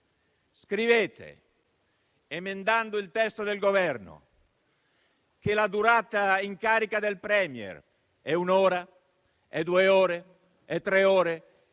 scrivete, emendando il testo del Governo, che la durata in carica del *Premier* è di un'ora, due ore o tre ore